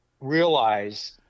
realize